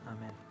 Amen